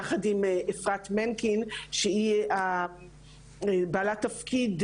יחד עם אפשרת מנקין שהיא בעלת תפקיד,